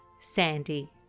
sandy